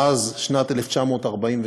מאז שנת 1948,